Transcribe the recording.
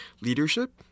leadership